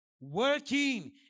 Working